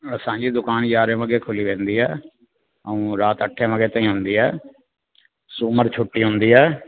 असांजी दुकानु यारहें वॻे खुली वेंदी आहे ऐं राति अठे वॻे ताईं हूंदी आहे सूमरु छुटी हूंदी आहे